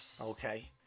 okay